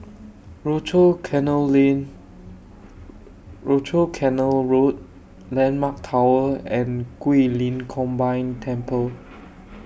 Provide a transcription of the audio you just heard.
Rochor Canal Road Landmark Tower and Guilin Combined Temple